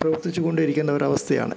പ്രവർത്തിച്ച് കൊണ്ടേയിരിക്കുന്നൊരവസ്ഥയാണ്